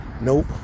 Nope